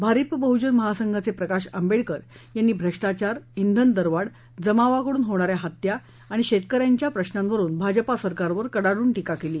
भारिप बहुजन महासंघाचप्रिकाश आंबहुकर यांनी भ्रष्टाचार इंधन दरवाढ जमावाकडून होणाऱ्या हत्या आणि शक्किऱ्यांच्या प्रश्नांवरून भाजपा सरकारवर कडाडून टीका कली